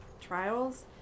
trials